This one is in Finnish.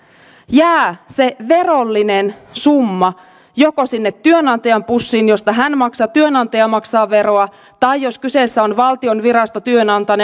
jää se verollinen summa joko sinne työnantajan pussiin josta työnantaja maksaa veroa tai jos kyseessä on valtion virasto